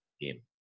game